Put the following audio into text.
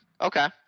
okay